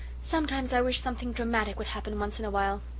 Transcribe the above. sometimes i wish something dramatic would happen once in a while.